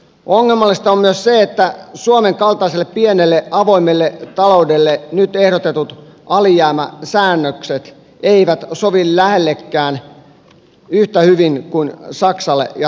ongelmallista on myös se että suomen kaltaiselle pienelle avoimelle taloudelle nyt ehdotetut alijäämäsäännökset eivät sovi lähellekään yhtä hyvin kuin saksalle ja ranskalle